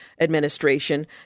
administration